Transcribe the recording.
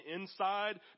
inside